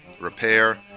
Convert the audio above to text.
repair